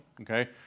okay